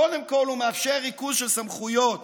קודם כול, הוא מאפשר ריכוז של סמכויות